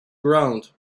ground